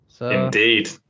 Indeed